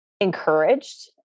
encouraged